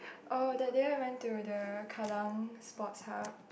oh that day I went to the Kallang Sports Hub